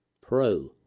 PRO